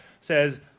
says